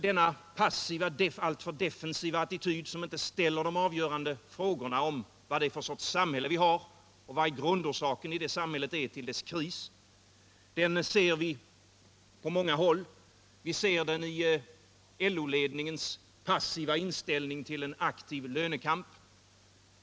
Denna passiva, alltför defensiva attityd, som inte ställer de avgörande frågorna om vad det är för sorts samhälle vi har och vad grundorsaken är till det samhällets kris, ser vi på många håll. Vi ser den i LO-ledningens passiva inställning till en aktiv lönekamp.